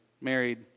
married